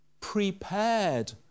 Prepared